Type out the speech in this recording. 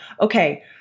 okay